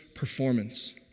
performance